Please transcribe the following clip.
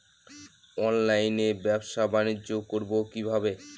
অনলাইনে ব্যবসা বানিজ্য করব কিভাবে?